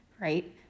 right